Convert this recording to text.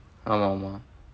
ஆமா ஆமா:aamaa aamaa